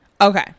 okay